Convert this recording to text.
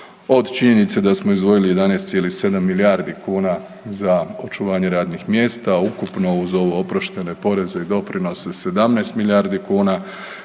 Od činjenice da smo izdvojili 11,7 milijardi kuna za očuvanje radnih mjesta, ukupno, uz ovo oproštene poreze i doprinose, 17 milijardi kuna,